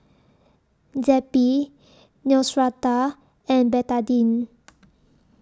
Zappy Neostrata and Betadine